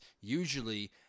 Usually